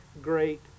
great